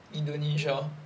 indonesia